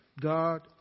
God